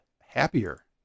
happier